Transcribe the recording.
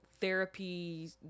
therapy